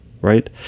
right